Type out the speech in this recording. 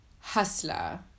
Hustler